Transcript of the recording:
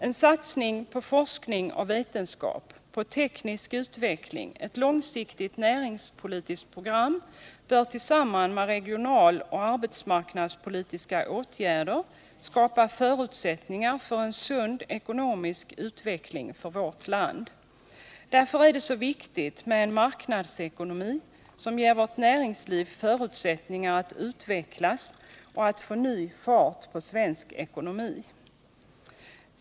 En satsning på forskning, vetenskap och teknisk utveckling, ett långsiktigt näringspolitiskt program, bör tillsammans med regionaloch arbetsmarknadspolitiska åtgärder skapa förutsättningar för en sund ekonomisk utveckling för vårt land. Därför är det så viktigt med en marknadsekonomi som ger vårt näringsliv förutsättningar att utvecklas och att få ny fart på svensk ekonomi.